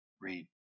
read